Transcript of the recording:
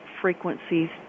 frequencies